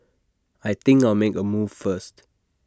I think I'll make A move first